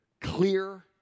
clear